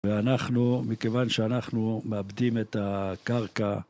מכיוון שאנחנו מאבדים את הקרקע